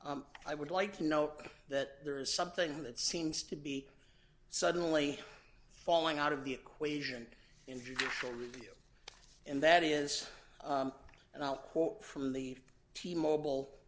but i would like to know that there is something that seems to be suddenly falling out of the equation in the review and that is and i'll quote from the team mobile